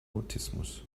mutismus